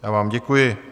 Já vám děkuji.